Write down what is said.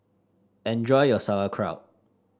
enjoy your Sauerkraut